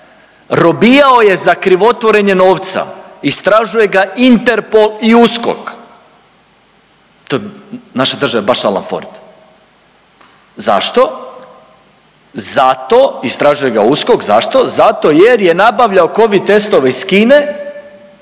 robijao je za krivotvorenje novca istražuje ga INTERPOL i USKOK. Naša država je baš Alan Ford. Zašto? Zato istražuje ga USKOK. Zašto? Zato jer je nabavljao covid testove iz Kine